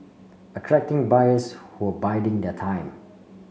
attracting buyers who were biding their time